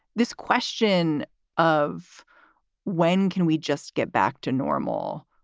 this question of when can we just get back to normal,